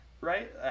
right